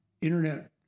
internet